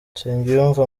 nsengiyumva